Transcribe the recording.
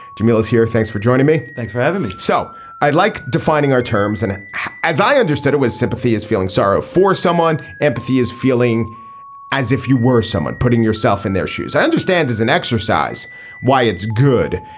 jamil is here. thanks for joining me. thanks for having me. so i'd like defining our terms and as i understood it was sympathy is feeling sorry for someone. empathy is feeling as if you were someone putting yourself in their shoes i understand is an exercise why it's good.